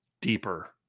deeper